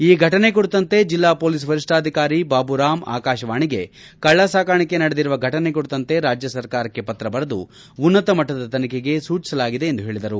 ಈ ಘಟನೆ ಕುರಿತಂತೆ ಜಿಲ್ಲಾ ಪೊಲೀಸ್ ವರಿಷ್ಣಾಧಿಕಾರಿ ಬಾಬುರಾಮ್ ಆಕಾಶವಾಣಿಗೆ ಕಳ್ಳಸಾಗಾಣಿಕೆ ನಡೆದಿರುವ ಫಟನೆ ಕುರಿತಂತೆ ರಾಜ್ಯ ಸರ್ಕಾರಕ್ಕೆ ಪತ್ರ ಬರೆದು ಉನ್ನತ ಮಟ್ಟದ ತನಿಖೆಗೆ ಸೂಚಿಸಲಾಗಿದೆ ಎಂದು ಹೇಳಿದರು